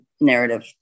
narrative